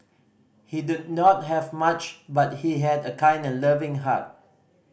he did not have much but he had a kind and loving heart